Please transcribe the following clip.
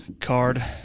Card